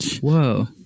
whoa